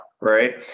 right